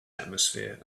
atmosphere